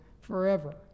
forever